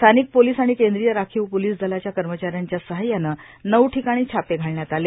स्थानिक पोलीस आणि केंद्रीय राखीव पोलीस दलाच्या कर्मचाऱ्यांच्या सहाय्यानं नऊ विकाणी छापे घालण्यात आले